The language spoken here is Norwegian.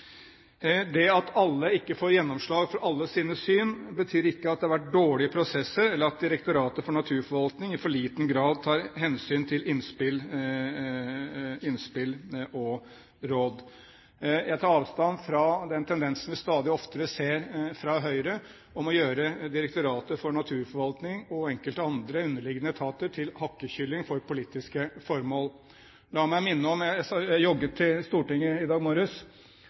Det at ikke alle får gjennomslag for alle sine syn, betyr ikke at det har vært dårlige prosesser eller at Direktoratet for naturforvaltning i for liten grad tar hensyn til innspill og råd. Jeg tar avstand fra den tendensen vi stadig oftere ser fra Høyre, om å gjøre Direktoratet for naturforvaltning og enkelte andre underliggende etater til hakkekylling for politiske formål. Jeg jogget til Stortinget i dag morges, og da hørte jeg et veldig godt innlegg fra Høyres nestleder, Bent Høie, i